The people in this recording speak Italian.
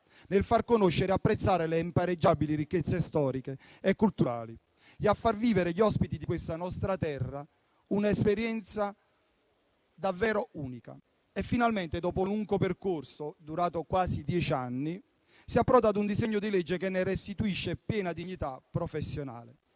nel far conoscere e apprezzare le impareggiabili ricchezze storiche e culturali del nostro Paese e nel far vivere agli ospiti di questa nostra terra un'esperienza davvero unica. Finalmente, dopo un lungo percorso durato quasi dieci anni, si approda a un disegno di legge che restituisce alla guida turistica